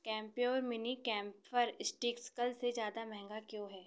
Campure mini camphor sticks कल से ज़्यादा महंगा क्यों है